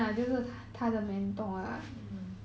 !huh!